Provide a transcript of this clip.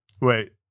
Wait